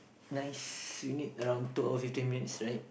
nice we need around two hour fifteen minutes right